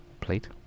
plate